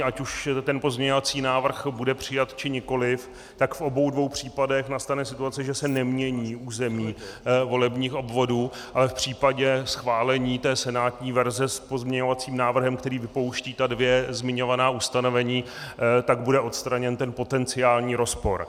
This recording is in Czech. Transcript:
Ať už ten pozměňovací návrh bude přijat, či nikoliv, tak v obou dvou případech nastane situace, že se nemění území volebních obvodů, ale v případě schválení senátní verze s pozměňovacím návrhem, který vypouští ta dvě zmiňovaná ustanovení, bude odstraněn ten potenciální rozpor.